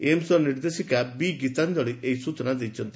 ଏମ୍ସର ନିର୍ଦ୍ଦେଶିକା ବି ଗୀତାଞ୍ଞଳି ଏହି ସ୍ଟଚନା ଦେଇଛନ୍ତି